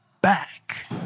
back